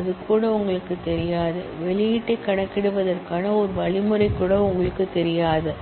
அது கூட உங்களுக்குத் தெரியாது அவுட்புட் கணக்கிடுவதற்கான ஒரு வழிமுறை கூட உங்களுக்குத் தெரியாது